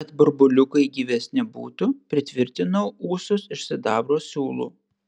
kad burbuliukai gyvesni būtų pritvirtinau ūsus iš sidabro siūlų